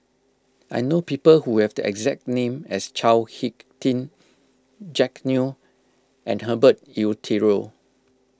I know people who have the exact name as Chao Hick Tin Jack Neo and Herbert Eleuterio